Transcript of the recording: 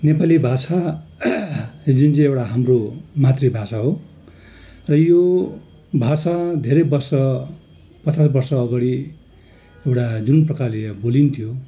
नेपाली भाषा यो जुन चाहिँ एउटा हाम्रो मातृभाषा हो र यो भाषा धेरै वर्ष पचास वर्षअगाडि एउटा जुन प्रकारले यो बोलिन्थ्यो